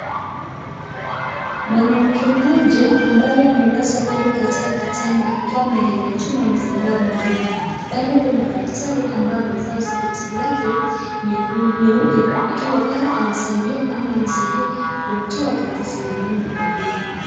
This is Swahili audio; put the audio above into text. Mwanamke mmoja ambaye amelazwa pale katika kitanda akiwa ameangalia juu na amefungua mdomo. Pale kuna daktari ambaye amevalia koti lake nyeupe akiwa pale anamsaidia kumtoa tatizo ya meno ya huyu.